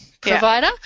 provider